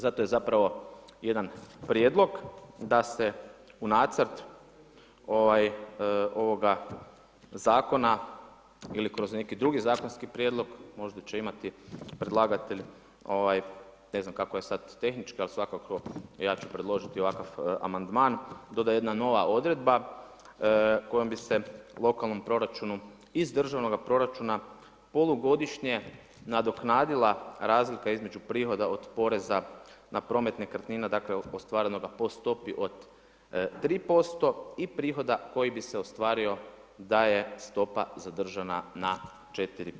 Zato je zapravo jedan prijedlog da se u nacrt, ovaj, ovoga zakona, ili kroz neki drugi zakonski prijedlog, možda će imati predlagatelj, ovaj, ne znam kako je sada tehnički, ali svakako ja ću predložiti ovakav amandman, doda jedna nova odredba kojom bi se lokalnom proračunu iz državnog proračuna polugodišnje nadoknadila razlika između prihoda od poreza na promet nekretnina, dakle, ostvarenoga po stopi od 3% i prihoda koji bi se ostvario da je stopa zadržana na 4%